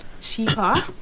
cheaper